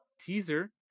teaser